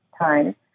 time